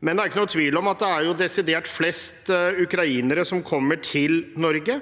Det er ingen tvil om at det er desidert flest ukrainere som kommer til Norge.